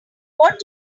what